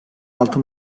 altı